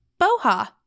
BOHA